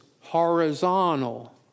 horizontal